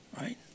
right